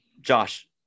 Josh